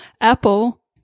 Apple